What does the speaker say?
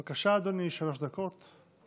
בבקשה, אדוני, שלוש דקות לרשותך.